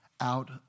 out